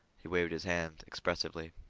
he waved his hand expressively.